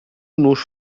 nus